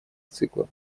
цикла